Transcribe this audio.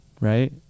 right